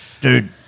dude